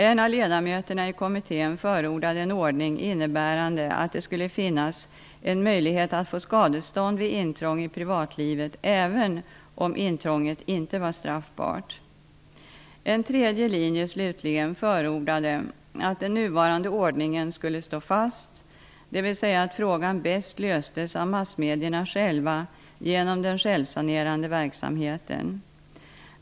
En av ledamöterna i kommittén förordade en ordning innebärande att det skulle finnas en möjlighet att få skadestånd vid ett intrång i privatlivet även om intrånget inte var straffbart. Slutligen förordade en tredje linje att den nuvarande ordningen skulle stå fast, dvs. att frågan bäst löstes av massmedierna själva genom den självsanerande verksamheten.